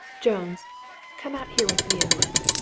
jones come out here with me a minute,